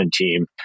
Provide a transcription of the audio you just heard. team